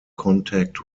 contact